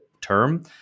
term